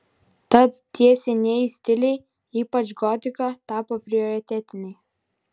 tad tie senieji stiliai ypač gotika tapo prioritetiniai